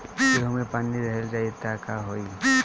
गेंहू मे पानी रह जाई त का होई?